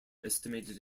estimated